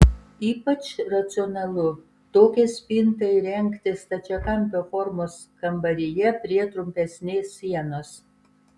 ypač racionalu tokią spintą įrengti stačiakampio formos kambaryje prie trumpesnės sienos